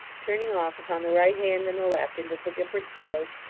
turning off upon the right hand and the left, into the different cellars,